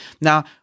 Now